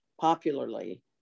popularly